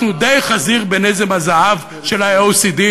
אנחנו די חזיר בנזם הזהב של ה-OECD,